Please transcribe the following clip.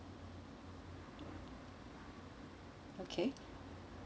okay